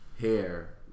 hair